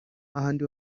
hahandi